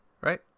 right